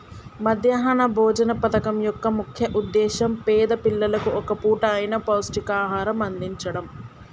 మధ్యాహ్న భోజన పథకం యొక్క ముఖ్య ఉద్దేశ్యం పేద పిల్లలకు ఒక్క పూట అయిన పౌష్టికాహారం అందిచడం